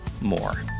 more